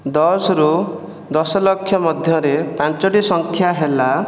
ଦଶରୁ ଦଶ ଲକ୍ଷ ମଧ୍ୟରେ ପାଞ୍ଚଟି ସଂଖ୍ୟା ହେଲା